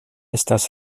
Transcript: estas